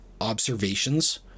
Observations